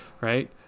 right